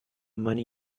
money